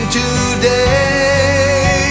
today